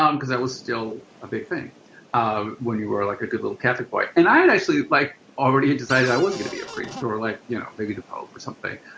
um because that was still a big thing um when you were like a good little catholic boy. and i actually, like already decided i was going to be a priest, or like, you know, maybe the pope or something.